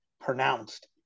pronounced